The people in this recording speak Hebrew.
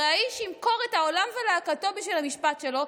הרי האיש ימכור את העולם ולהקתו בשביל המשפט שלו,